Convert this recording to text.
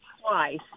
twice